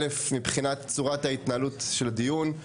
א' מבחינת צורת ההתנהלות של הדיון,